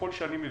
ככל שאני מבין,